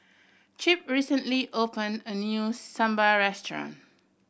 Chip recently opened a new Sambar restaurant